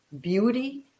beauty